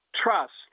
Trust